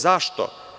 Zašto?